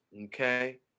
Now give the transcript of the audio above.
okay